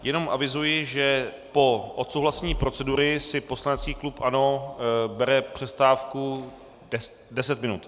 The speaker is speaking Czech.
Jenom avizuji, že po odsouhlasení procedury si poslanecký klub ANO bere přestávku 10 minut.